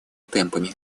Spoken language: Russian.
темпами